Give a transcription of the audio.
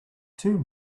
two